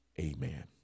amen